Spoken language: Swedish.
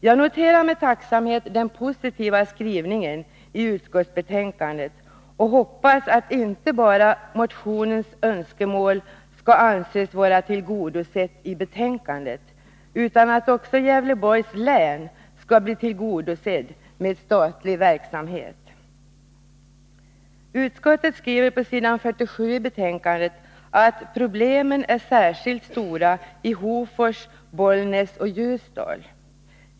Jag noterar med tacksamhet den positiva skrivningen i utskottsbetänkandet och hoppas att inte bara motionens önskemål skall vara tillgodosett där utan att också Gävleborgs län skall bli tillgodosett med statlig verksamhet. På s. 47 i betänkandet skriver utskottet att problemen är särskilt stora i kommunerna Hofors, Bollnäs och Ljusdal.